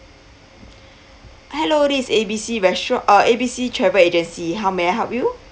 hello this is A B C restau~ uh A B C travel agency how may I help you